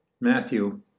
Matthew